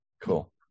Cool